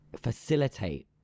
facilitate